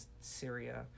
Syria